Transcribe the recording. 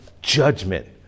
judgment